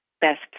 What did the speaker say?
best